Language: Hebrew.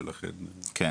ולכן --- אז,